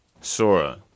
Sora